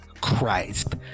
Christ